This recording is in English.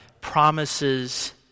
promises